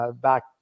back